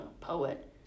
poet